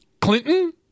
Clinton